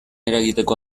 eragiteko